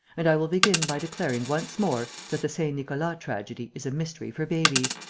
and i will begin by declaring once more that the saint-nicolas tragedy is a mystery for babies.